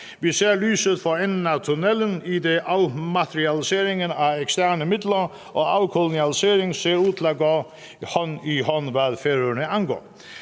Vi ser lyset for enden af tunnelen, idet afmaterialiseringen af eksterne midler og afkolonialiseringen ser ud til at gå hånd i hånd, hvad Færøerne angår.